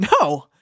no